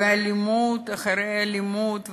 ואלימות אחרי אלימות,